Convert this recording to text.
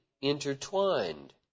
intertwined